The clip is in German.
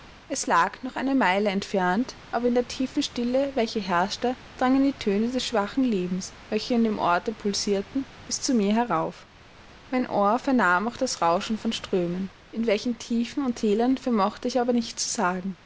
es lag noch eine meile entfernt aber in der tiefen stille welche herrschte drangen die töne des schwachen lebens welches in dem orte pulsierte bis zu mir herauf mein ohr vernahm auch das rauschen von strömen in welchen tiefen und thälern vermochte ich aber nicht zu sagen